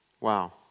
Wow